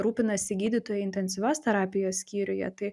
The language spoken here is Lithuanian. rūpinasi gydytojai intensyvios terapijos skyriuje tai